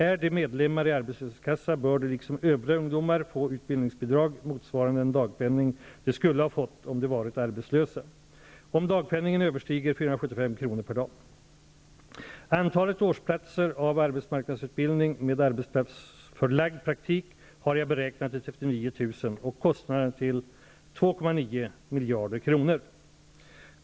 Är de medlemmar i arbetslöshetskassa bör de liksom övriga ungdomar få utbildningsbidrag motsva rande den dagpenning de skulle ha fått om de varit arbetslösa, om dagpenningen överstiger 475 kr. Antalet årsplatser av arbetsmarknadsutbildning med arbetsplatsförlagd praktik har jag beräknat till 39 000 och kostnaden till 2,9 miljarder kronor.